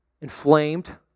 inflamed